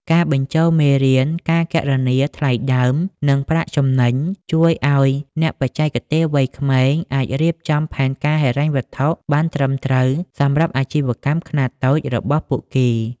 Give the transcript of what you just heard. ការបញ្ចូលមេរៀន "ការគណនាថ្លៃដើម និងប្រាក់ចំណេញ" ជួយឱ្យអ្នកបច្ចេកទេសវ័យក្មេងអាចរៀបចំផែនការហិរញ្ញវត្ថុបានត្រឹមត្រូវសម្រាប់អាជីវកម្មខ្នាតតូចរបស់ពួកគេ។